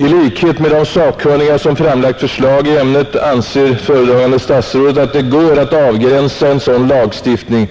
I likhet med de sakkunniga som framlagt förslag i ämnet anser föredragande statsrådet, att det går att avgränsa en sådan lagstiftning